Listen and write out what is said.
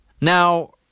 Now